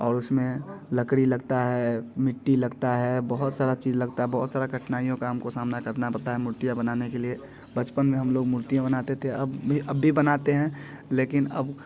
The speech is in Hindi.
और उसमें लकड़ी लगता हैं मिट्टी लगता है बहुत सारा चीज लगता है बहुत सारा कठिनाइयों का हमको सामना करना पड़ता है मूर्तियाँ बनाने के लिए बचपन में हम लोग मूर्तियाँ बनाते थे अब भी अब भी बनाते हैं लेकिन अब